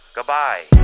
Goodbye